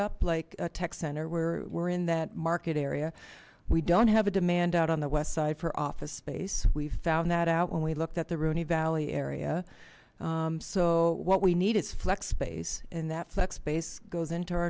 up like a tech center where we're in that market area we don't have a demand out on the west side for office space we've found that out when we looked at the rooney valley area so what we need is flex space and that flex base goes into